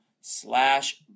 slash